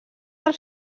del